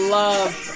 love